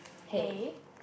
hay